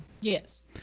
Yes